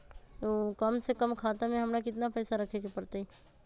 कम से कम खाता में हमरा कितना पैसा रखे के परतई?